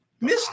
Mr